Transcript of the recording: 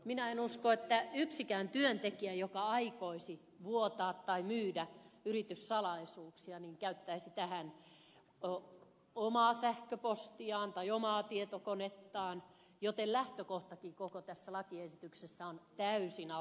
minä en usko että yksikään työntekijä joka aikoisi vuotaa tai myydä yrityssalaisuuksia käyttäisi tähän omaa sähköpostiaan tai omaa tietokonettaan joten lähtökohtakin koko tässä lakiesityksessä on täysin absurdi